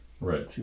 Right